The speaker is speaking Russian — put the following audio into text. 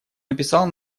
написал